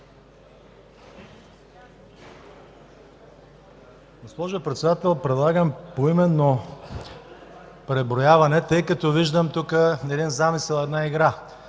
Госпожо Председател, предлагам поименно преброяване, тъй като виждам тук един замисъл, една игра.